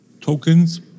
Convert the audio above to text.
tokens